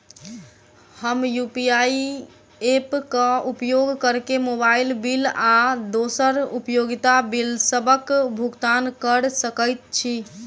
हम UPI app क उपयोग करके मोबाइल बिल आ दोसर उपयोगिता बिलसबक भुगतान कर सकइत छि